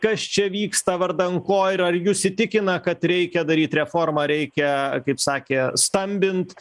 kas čia vyksta vardan ko ir ar jus įtikina kad reikia daryt reformą reikia kaip sakė stambint